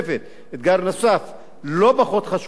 אתגר נוסף לא פחות חשוב,